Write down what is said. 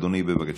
אדוני, בבקשה.